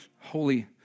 holy